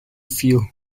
fuel